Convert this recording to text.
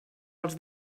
els